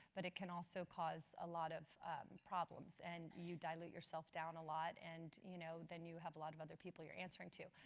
but it can also cause a lot of problems. and you dilute yourself down a lot and you know then you have a lot of other people that you're answering to.